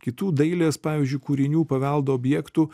kitų dailės pavyzdžiui kūrinių paveldo objektų